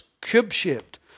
cube-shaped